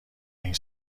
این